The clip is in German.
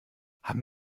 haben